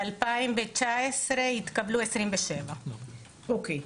ב-2019 התקבלו 27. אוקיי.